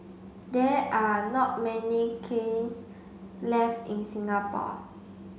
there are not many kilns left in Singapore